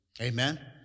Amen